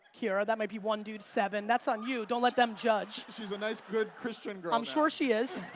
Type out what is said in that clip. kiara, that might be one dude, seven, that's on you. don't let them judge. she's a nice good christian girl. i'm sure she is.